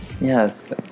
Yes